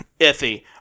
Iffy